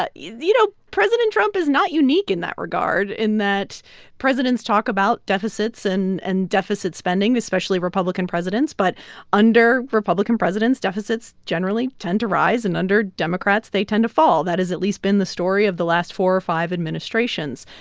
you know, president trump is not unique in that regard in that presidents talk about deficits and and deficit spending, especially republican presidents. but under republican presidents, deficits generally tend to rise. and under democrats, they tend to fall. that has at least been the story of the last four or five administrations.